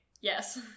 yes